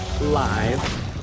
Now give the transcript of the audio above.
live